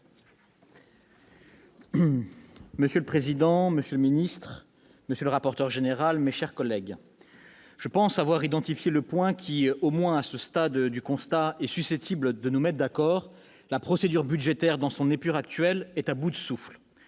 Monsieur le président, monsieur le secrétaire d'État, monsieur le rapporteur général de la commission des finances, mes chers collègues, je pense avoir identifié le point qui, au moins à ce stade du constat, est susceptible de nous mettre d'accord : la procédure budgétaire dans son épure actuelle est à bout de souffle.